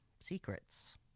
secrets